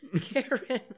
Karen